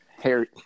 Harry